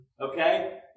Okay